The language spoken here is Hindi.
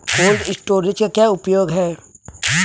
कोल्ड स्टोरेज का क्या उपयोग है?